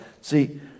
See